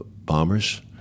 bombers